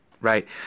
Right